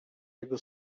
jego